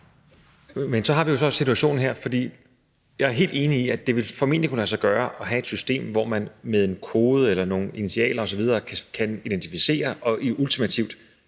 Men så har vi en situation her – for jeg helt enig i, at det formentlig ville kunne lade sig gøre at have et system, hvor man med en kode eller nogle initialer osv. kan identificere en person og ultimativt